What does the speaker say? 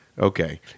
Okay